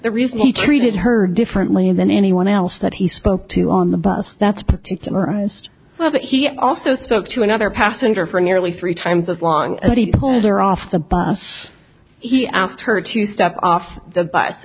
the reason he treated her differently than anyone else that he spoke to on the bus that's particularized well but he also spoke to another passenger for nearly three times as long as he pulled her off the bus he asked her to step off the bus